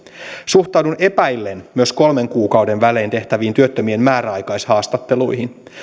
suhtaudun epäillen myös kolmen kuukauden välein tehtäviin työttömien määräaikaishaastatteluihin